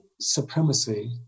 supremacy